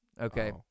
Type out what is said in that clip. okay